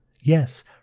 Yes